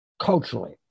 culturally